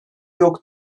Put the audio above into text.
yok